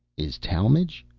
is talmage?